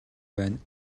байна